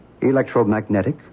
Electromagnetic